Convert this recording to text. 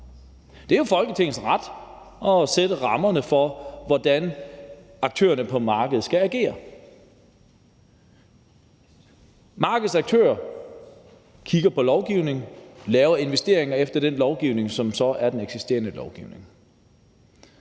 Det er jo Folketingets ret at sætte rammerne for, hvordan aktørerne på markedet skal agere. Markedets aktører kigger på lovgivningen og laver investeringer efter den lovgivning, som så er den eksisterende lovgivning.